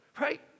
right